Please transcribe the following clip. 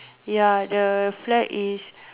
ya the flag is